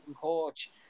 coach